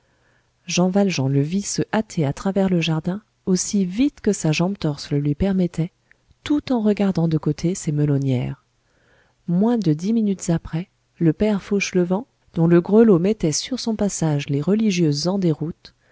jean valjean le vit se hâter à travers le jardin aussi vite que sa jambe torse le lui permettait tout en regardant de côté ses melonnières moins de dix minutes après le père fauchelevent dont le grelot mettait sur son passage les religieuses en déroute